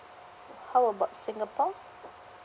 how about singapore